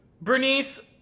Bernice